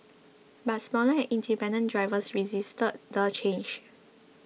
but smaller and independent drivers resisted the change